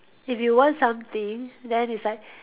if you want something then it's like